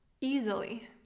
easily